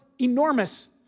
enormous